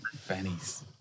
Fanny's